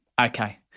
okay